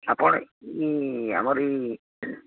ଆପଣ ଆମର ଏଇ